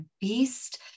beast